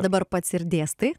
dabar pats ir dėstai